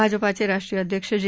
भाजपाचे राष्ट्रीय अध्यक्ष जे